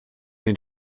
den